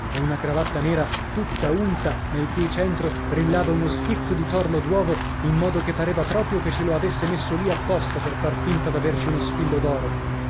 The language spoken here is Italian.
e una cravatta nera tutta unta nel cui centro brillava uno schizzo di torlo d'uovo in modo che pareva proprio che ce lo avesse messo lì apposta per far finta d'averci uno spillo